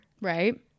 right